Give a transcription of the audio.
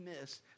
miss